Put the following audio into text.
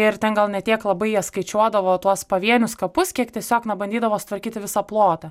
ir ten gal ne tiek labai jie skaičiuodavo tuos pavienius kapus kiek tiesiog na bandydavo sutvarkyti visą plotą